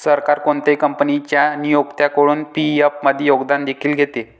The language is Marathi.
सरकार कोणत्याही कंपनीच्या नियोक्त्याकडून पी.एफ मध्ये योगदान देखील घेते